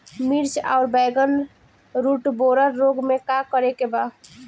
मिर्च आउर बैगन रुटबोरर रोग में का करे के बा?